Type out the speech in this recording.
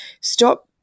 stop